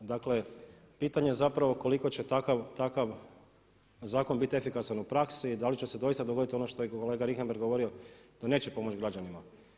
Dakle, pitanje je zapravo koliko će takav zakon biti efikasan u praksi, da li će se doista dogoditi ono što je kolega Richembergh govorio da neće pomoći građanima.